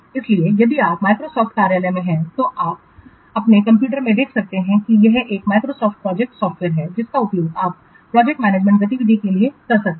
इसलिए यदि आप Microsoft कार्यालय में हैं तो आप अपने कंप्यूटर में देख सकते हैं कि यह Microsoft प्रोजेक्ट सॉफ़्टवेयर है जिसका उपयोग आप प्रोजेक्ट मैनेजमेंट गतिविधियों के लिए कर सकते हैं